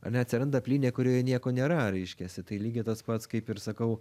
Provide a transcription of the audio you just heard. ar ne atsiranda plynė kurioje nieko nėra reiškiasi tai lygiai tas pats kaip ir sakau